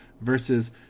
versus